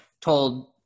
told